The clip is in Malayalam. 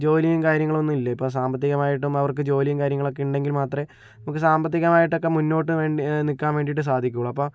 ജോലിയും കാര്യങ്ങളൊന്നും ഇല്ല ഇപ്പോൾ സാമ്പത്തികമായിട്ടും അവർക്ക് ജോലിയും കാര്യങ്ങളൊക്കെ ഉണ്ടെങ്കിൽ മാത്രമേ നമുക്ക് സാമ്പത്തികമായിട്ടൊക്കെ മുന്നോട്ട് വേണ്ടി നിൽക്കാൻ വേണ്ടിയിട്ട് സാധിക്കുളു അപ്പോൾ